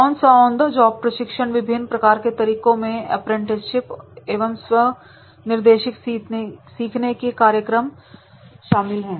कौन सा जॉब प्रशिक्षण विभिन्न प्रकार के तरीकों में अप्रेंटिसशिप एवं स्व निर्देशित सीखने के कार्यक्रम शामिल हैं